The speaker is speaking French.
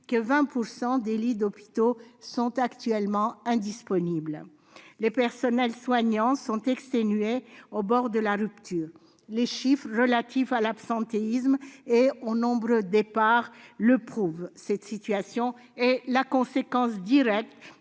que 20 % des lits d'hôpitaux sont actuellement indisponibles. Les personnels soignants sont exténués, au bord de la rupture. Les chiffres relatifs à l'absentéisme et aux nombreux départs le prouvent. Cette situation est la conséquence directe